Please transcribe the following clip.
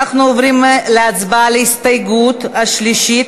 אנחנו עוברים להצבעה על ההסתייגות השלישית,